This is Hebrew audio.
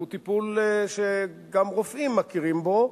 הוא טיפול שגם רופאים מכירים בו.